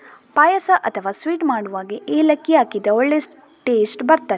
ಪಾಯಸ ಅಥವಾ ಸ್ವೀಟ್ ಮಾಡುವಾಗ ಏಲಕ್ಕಿ ಹಾಕಿದ್ರೆ ಒಳ್ಳೇ ಟೇಸ್ಟ್ ಬರ್ತದೆ